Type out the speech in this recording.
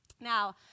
Now